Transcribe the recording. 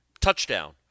touchdown